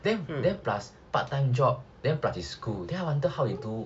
then then plus part time job then plus his school then I wonder how he do